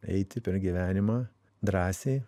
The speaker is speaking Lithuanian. eiti per gyvenimą drąsiai